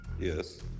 yes